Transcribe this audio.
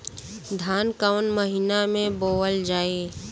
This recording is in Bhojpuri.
धान कवन महिना में बोवल जाई?